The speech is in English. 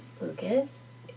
Lucas